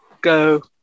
go